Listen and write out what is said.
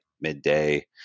midday